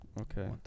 okay